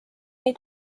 nii